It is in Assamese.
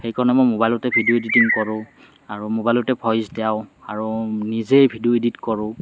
সেইকাৰণে মই মোবাইলতে ভিডিঅ' ইডিটিং কৰোঁঁ আৰু মোবাইলতে ভইচ দিয়াওঁ আৰু নিজে ভিডিঅ' ইডিট কৰোঁ